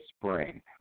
spring